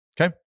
Okay